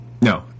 no